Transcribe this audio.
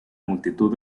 multitud